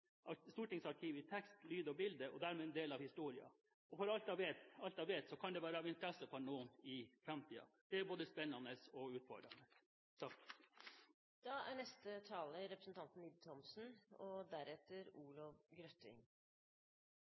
Stortingsarkivet i tekst, lyd og bilde og dermed en del av historien, og at det for alt jeg vet, kan være av interesse for noen i framtiden, er både spennende og utfordrende. Dette er en viktig og spennende melding, slik flere har sagt tidligere. Hvorfor er